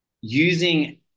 using